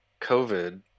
COVID